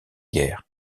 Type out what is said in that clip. guerre